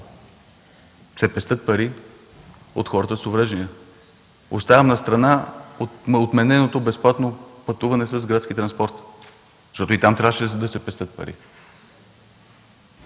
се пестят пари от хората с увреждания? Оставям настрана отмененото безплатно пътуване с градски транспорт, защото и там трябваше да се пестят пари.